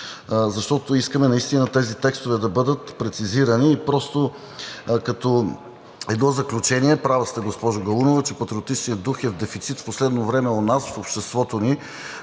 защото искаме наистина тези текстове да бъдат прецизирани. И просто като едно заключение. Права сте, госпожо Галунова, че патриотичният дух е в дефицит в последно време у нас в обществото ни,